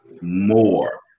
more